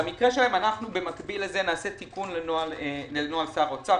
במקביל לזה נעשה תיקון לנוהל שר אוצר,